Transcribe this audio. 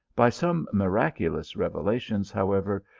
by some miraculous revelation, however,